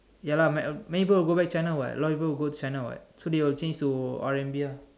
ya lah ma~ many people will go back to China [what] a lot of people will go to China [what] so they will change to R_M_B ah